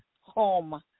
Home